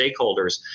stakeholders